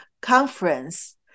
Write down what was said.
Conference